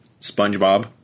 SpongeBob